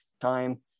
time